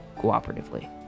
cooperatively